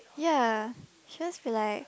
ya she always be like